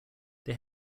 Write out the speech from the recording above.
they